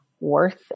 worth